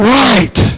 right